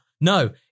No